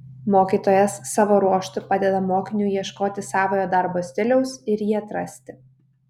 mokytojas savo ruožtu padeda mokiniui ieškoti savojo darbo stiliaus ir jį atrasti